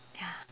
ya